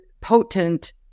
potent